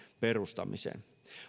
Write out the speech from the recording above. perustamiseen